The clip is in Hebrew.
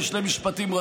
תבעת בשם,